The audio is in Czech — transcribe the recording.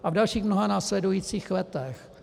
A v dalších mnoha následujících letech.